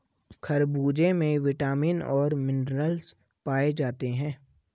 खरबूजे में विटामिन और मिनरल्स पाए जाते हैं